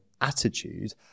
attitude